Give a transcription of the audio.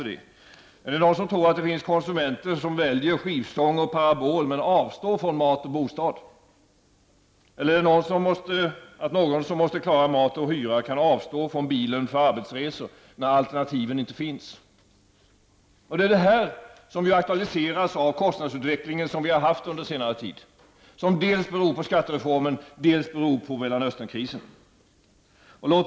Är det någon som tror att det finns konsumenter som väljer skivstång och parabol men avstår från mat och bostad eller att den som måste klara mat och hyra kan avstå från bilen för arbetsresor när det inte finns några alternativ? Sådant här aktualiseras av den kostnadsutveckling som vi har haft under senare tid och som beror på dels skattereformen, dels Mellanösternkrisen.